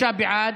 43 בעד,